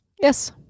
Yes